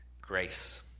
grace